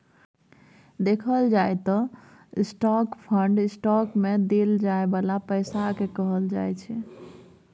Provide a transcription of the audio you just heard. देखल जाइ त स्टाक फंड स्टॉक मे देल जाइ बाला पैसा केँ कहल जाइ छै